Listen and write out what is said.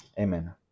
Amen